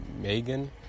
Megan